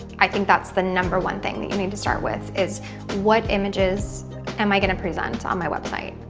i think that's the number one thing that you need to start with is what images am i going to present on my website.